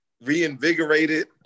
reinvigorated